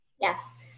Yes